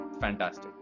fantastic